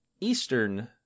eastern